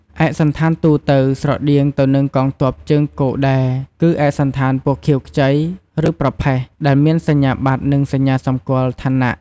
ឯកសណ្ឋានទូទៅ ស្រដៀងទៅនឹងកងទ័ពជើងគោកដែរ គឺឯកសណ្ឋានពណ៌ខៀវខ្ចី ឬប្រផេះ ដែលមានសញ្ញាបត្រ និងសញ្ញាសម្គាល់ឋានៈ។